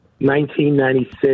1996